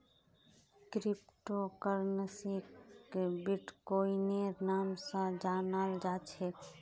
crypto करन्सीक बिट्कोइनेर नाम स जानाल जा छेक